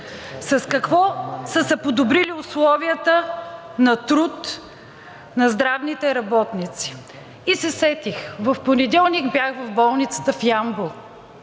С какво са се подобрили условията на труд на здравните работници? И се сетих. В понеделник бях в болницата в Ямбол.